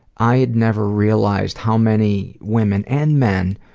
i had never realized how many women and men